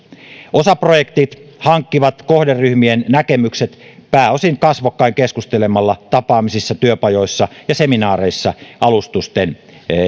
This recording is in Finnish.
osaprojektit hankkivat kohderyhmien näkemykset pääosin kasvokkain keskustelemalla tapaamisissa työpajoissa ja seminaareissa alustusten